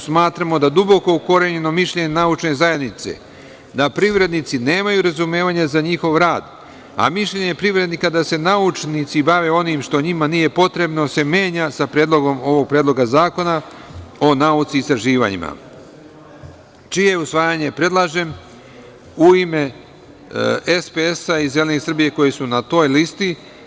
Smatramo da duboko ukorenjeno mišljenje naučne zajednice da privrednici nemaju razumevanja za njihov rad, a mišljenje privrednika da se naučnici bave onim što njima nije potrebno se menja sa predlogom ovog Predloga zakona o nauci i istraživanjima, čije usvajanje predlažem u ime SPS i Zeleni Srbije koji su na toj listi.